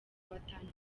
batanu